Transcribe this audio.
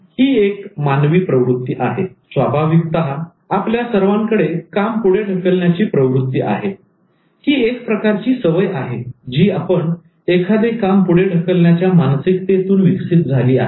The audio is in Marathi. तर ही एक मानवी प्रवृत्ती आहे स्वाभाविकता आपल्या सर्वांकडे काम पुढे ढकलण्याची प्रवृत्ती आहे ही एक प्रकारची सवय आहे जी आपण एखादे काम पुढे ढकलण्याच्या मानसिकतेतून विकसित झाली आहे